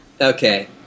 Okay